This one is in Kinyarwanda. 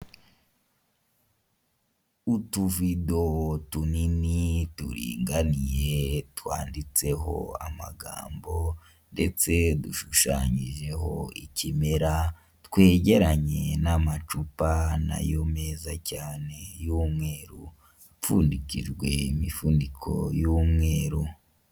Utuvido tunini turinganiye twanditseho amagambo ndetse dushushanyijeho ikimera ,twegeranye n'amacupa nayo meza cyane y'umweru, dupfundikijwe imifuniko y'umweru.